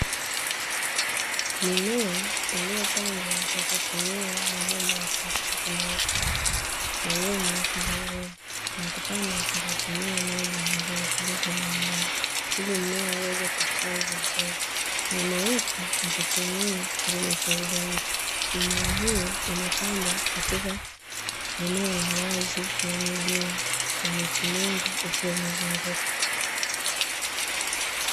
Mimea iliyopandwa kwa kutumia mabomba ya plastiki myeupe yaliyonyooka vizuri na kupandwa kwa kutumia maji yenye virutubisho mbalimbali ili mmea uweze kustawi vizuri. Kilimo hiki hakitumii kilimo cha udongo. Mimea hiyo imepandwa katika eneo la wazi lenye jua na miti mingi ikiwa imezunguka.